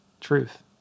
Truth